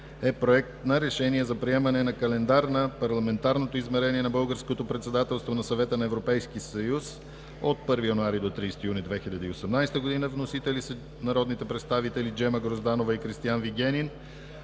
9. Проект на решение за приемане на Календар на Парламентарното измерение на Българското председателство на Съвета на Европейския съюз, 1 януари - 30 юни 2018 г. Вносители са: народните представители Джема Грозданова и Кристиан Вигенин